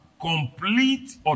complete